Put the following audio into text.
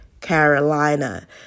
Carolina